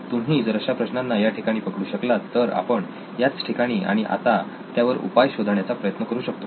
तुम्ही जर अशा प्रश्नांना याठिकाणी पकडू शकलात तर आपण याच ठिकाणी आणि आता त्यावर उपाय शोधण्याचा प्रयत्न करू शकतो